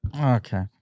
Okay